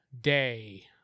day